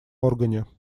органе